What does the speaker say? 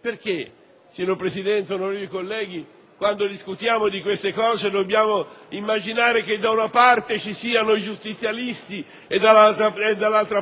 Perché, signor Presidente, onorevoli colleghi, quando discutiamo di queste cose dobbiamo immaginare che da una parte ci siano i giustizialisti e dall'altra